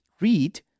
read